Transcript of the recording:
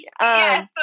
Yes